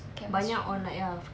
chemistry